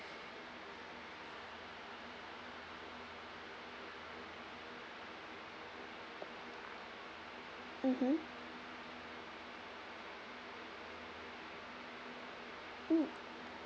mmhmm mm